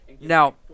Now